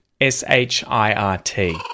S-H-I-R-T